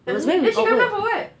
then she come down for what